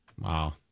Wow